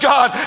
God